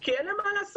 כי אין להם מה לעשות.